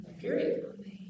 Period